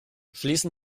schließen